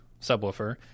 Subwoofer